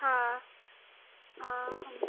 हाँ हाँ हम